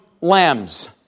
lambs